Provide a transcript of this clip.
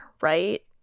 right